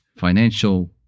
financial